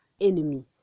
enemy